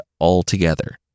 altogether